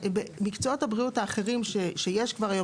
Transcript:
שמקצועות הבריאות האחרים שיש כבר היום